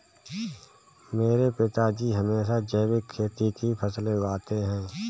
मेरे पिताजी हमेशा जैविक खेती की फसलें उगाते हैं